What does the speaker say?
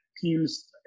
teams